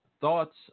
thoughts